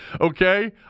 Okay